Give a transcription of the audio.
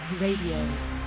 Radio